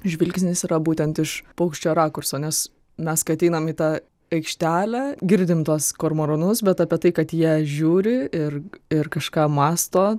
žvilgsnis yra būtent iš paukščio rakurso nes mes kai ateinam į tą aikštelę girdim tuos kormoranus bet apie tai kad jie žiūri ir ir kažką mąsto